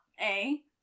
A-